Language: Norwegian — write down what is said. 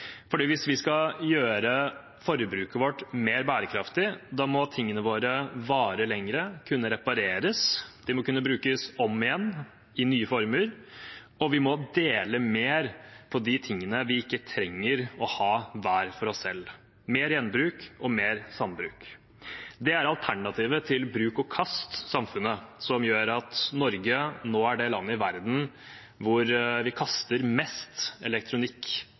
Hvis vi skal gjøre forbruket vårt mer bærekraftig, må tingene våre vare lenger og kunne repareres, de må kunne brukes om igjen i nye former, og vi må dele mer på de tingene vi ikke trenger å ha hver for oss: mer gjenbruk, mer sambruk. Dette er alternativet til bruk-og-kast-samfunnet som gjør at Norge nå er det landet i verden hvor vi kaster mest elektronikk